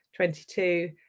22